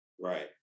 Right